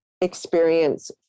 experience